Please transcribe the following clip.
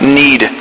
need